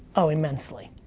oh, immensely.